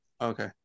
Okay